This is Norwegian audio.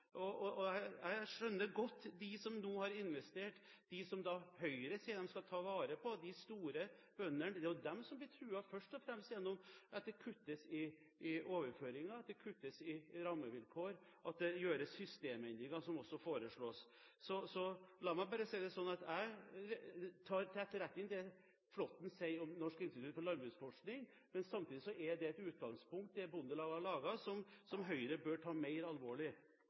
negativt i landbruksnæringen. Jeg skjønner godt dem som nå har investert – de som Høyre sier de skal ta vare på, de store bøndene – det er jo først og fremst de som blir truet ved at det kuttes i overføringer, at det kuttes i rammevilkår, og at det gjøres systemendringer, som også foreslås. La meg bare si at jeg tar til etterretning det Flåtten sier om Norsk institutt for landbruksøkonomisk forskning, men samtidig er det Bondelaget har laget et utgangspunkt som Høyre bør ta mer alvorlig.